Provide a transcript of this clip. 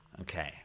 Okay